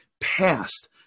past